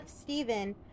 Stephen